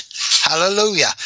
hallelujah